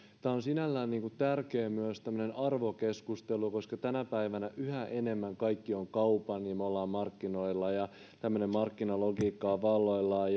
varhaiskasvatuksessa tämä on myös sinällään tärkeä arvokeskustelu koska tänä päivänä yhä enemmän kaikki on kaupan ja me olemme markkinoilla ja tämmöinen markkinalogiikka on valloillaan